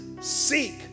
seek